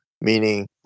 Meaning